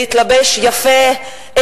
להתלבש יפה,